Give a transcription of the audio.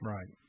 Right